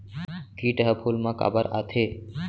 किट ह फूल मा काबर आथे?